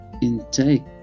intake